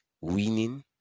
winning